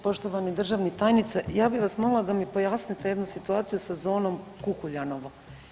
Poštovani državni tajniče, ja bi vas molila da mi pojasnite jednu situaciju sa zonom Kukuljanovo.